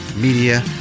Media